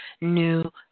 new